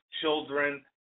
children